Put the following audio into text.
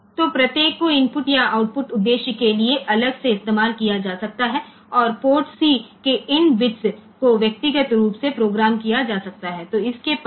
તેથી દરેકનો ઇનપુટ અથવા આઉટપુટ હેતુ માટે અલગથી ઉપયોગ કરી શકાય છે અને પોર્ટ C ના આ બિટ્સ ને પૃથક રીતે પ્રોગ્રામ કરી શકાય છે